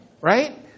Right